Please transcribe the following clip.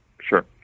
sure